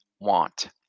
want